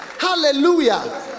Hallelujah